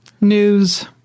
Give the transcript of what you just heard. News